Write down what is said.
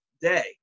day